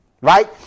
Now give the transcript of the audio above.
right